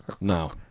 No